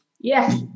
Yes